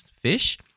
fish